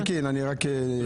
לא הבנתי.